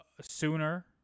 sooner